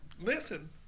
listen